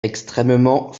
extrêmement